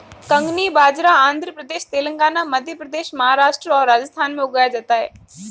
कंगनी बाजरा आंध्र प्रदेश, तेलंगाना, मध्य प्रदेश, महाराष्ट्र और राजस्थान में उगाया जाता है